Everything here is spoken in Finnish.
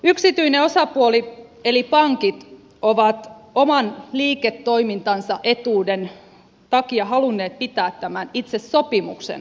yksityinen osapuoli eli pankit ovat oman liiketoimintansa etuuden takia halunneet pitää tämän itse sopimuksen salassa